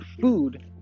food